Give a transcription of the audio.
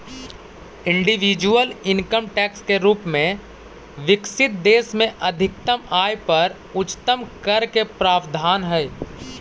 individual income tax के रूप में विकसित देश में अधिकतम आय पर उच्चतम कर के प्रावधान हई